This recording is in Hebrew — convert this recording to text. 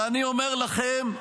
ואני אומר לכם,